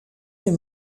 les